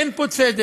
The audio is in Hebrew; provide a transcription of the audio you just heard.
אין פה צדק,